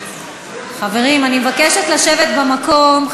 חברים, אני מבקשת לשבת במקום.